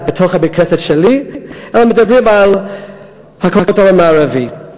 בתוך בית-הכנסת שלי מדברים על הכותל המערבי.